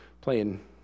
playing